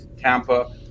Tampa